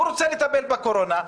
הוא רוצה לטפל בקורונה,